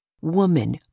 woman